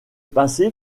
passé